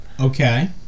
Okay